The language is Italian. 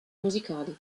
musicali